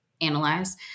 analyze